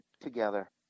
together